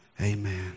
amen